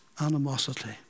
animosity